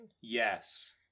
Yes